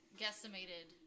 guesstimated